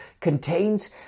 contains